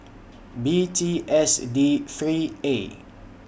B T S A D three A